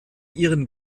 ihren